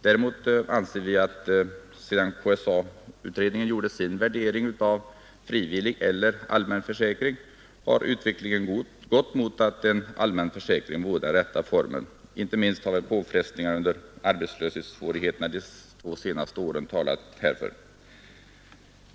Däremot anser vi att sedan KSA-utredningen gjorde sin värdering av frågan om frivillig eller allmän försäkring har utvecklingen gått mot att en allmän försäkring vore den rätta formen. Inte minst har påfrestningarna under arbetslöshetssvårigheterna de två senaste åren talat härför.